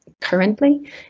currently